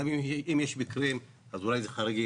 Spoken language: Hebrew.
גם אם יש מקרים, אז אולי הם חריגים.